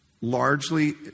largely